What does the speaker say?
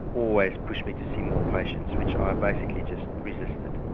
always pushed me to see more patients which i basically just resisted.